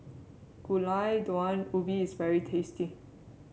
Gulai Daun Ubi is very tasty